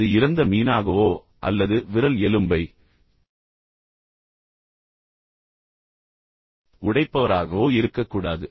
அது இறந்த மீனாகவோ அல்லது விரல் எலும்பை உடைப்பவராகவோ இருக்கக்கூடாது